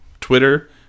Twitter